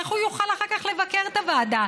איך הוא יוכל אחר כך לבקר את הוועדה?